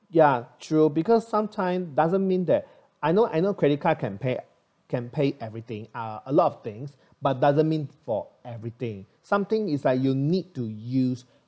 ya true because sometime doesn't mean that I know I know credit card can pay can pay everything a lot of things but doesn't mean for every day something is you need to use